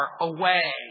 away